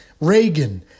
Reagan